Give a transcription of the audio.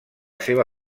seva